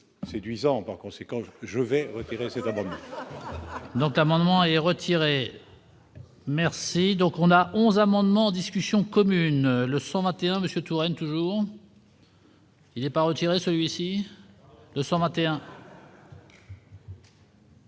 séduisant, par conséquent je vais retirer cet amendement. Donc amendement est retiré. Merci donc on a 11 amendements discussion commune le 121 Monsieur Touraine toujours. J'ai pas retiré celui-ci 221.